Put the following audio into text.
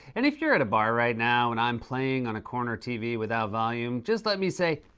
and, if you're at a bar right now and i'm playing on a corner tv without volume, just let me say